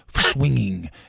swinging